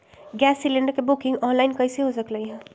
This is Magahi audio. गैस सिलेंडर के बुकिंग ऑनलाइन कईसे हो सकलई ह?